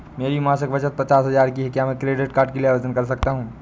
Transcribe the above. मेरी मासिक बचत पचास हजार की है क्या मैं क्रेडिट कार्ड के लिए आवेदन कर सकता हूँ?